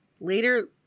Later